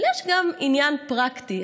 אבל יש גם עניין פרקטי.